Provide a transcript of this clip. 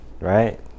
right